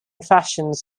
fashions